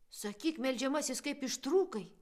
sakyk meldžiamasis kaip ištrūkai